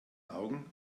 augen